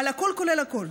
אבל הכול כולל הכול,